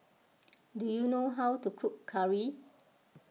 do you know how to cook Curry